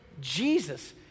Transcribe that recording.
Jesus